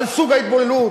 על סוג ההתבוללות: